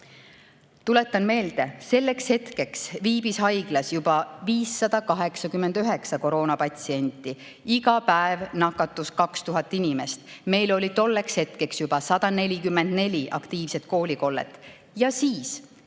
Tuletan meelde, et selleks hetkeks viibis haiglas juba 589 koroonapatsienti, iga päev nakatus 2000 inimest. Meil oli tolleks hetkeks juba 144 aktiivset koolikollet. Ja siis